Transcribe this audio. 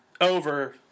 over